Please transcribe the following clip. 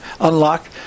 unlock